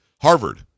Harvard